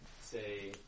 say